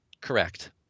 Correct